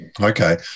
Okay